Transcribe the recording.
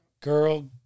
Girl